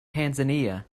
tanzania